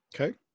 Okay